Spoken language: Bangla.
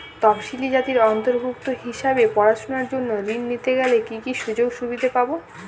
তফসিলি জাতির অন্তর্ভুক্ত হিসাবে পড়াশুনার জন্য ঋণ নিতে গেলে কী কী সুযোগ সুবিধে পাব?